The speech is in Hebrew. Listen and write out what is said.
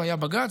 והיה בג"ץ,